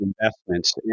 investments